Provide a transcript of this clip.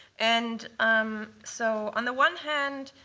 and um so on the one hand,